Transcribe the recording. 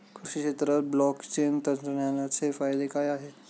कृषी क्षेत्रात ब्लॉकचेन तंत्रज्ञानाचे काय फायदे आहेत?